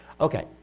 Okay